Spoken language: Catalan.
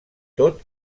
tot